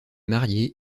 marié